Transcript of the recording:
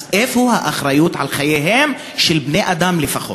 אז איפה האחריות לחייהם של בני-אדם לפחות?